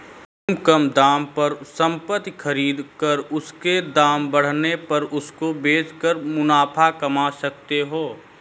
तुम कम दाम पर संपत्ति खरीद कर उसके दाम बढ़ने पर उसको बेच कर मुनाफा कमा सकते हो